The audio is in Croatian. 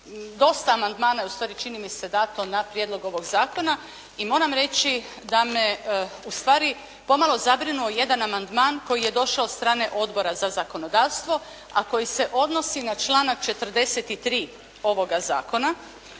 dosta amandmana je ustvari čini mi se dato na prijedlog ovog zakona i moram reći da me u stvari pomalo zabrinuo jedan amandman koji je došao od strane Odbora za zakonodavstvo a koji se odnosi na članak 43. ovoga zakona.